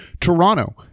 Toronto